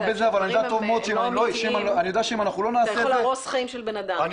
זה יכול להרוס חיים של בן-אדם כשהדברים לא אמיתיים.